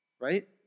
right